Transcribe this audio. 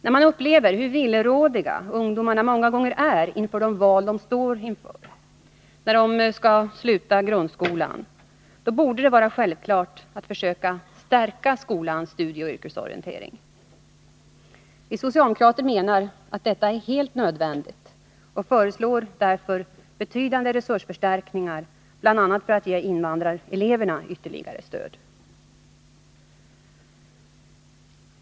När man upplever hur villrådiga ungdomarna ofta är vid de val de står inför då de skall sluta grundskolan, borde det vara självklart att försöka stärka skolans studieoch yrkesorientering. Vi socialdemokrater menar att detta är helt nödvändigt och föreslår därför betydande resursförstärkningar, bl.a. för att ge invandrareleverna ytterligare stöd.